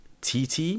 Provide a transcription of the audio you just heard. tt